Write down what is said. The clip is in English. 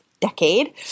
decade